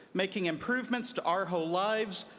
making improvements to our whole lives,